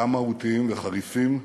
גם מהותיים וחריפים,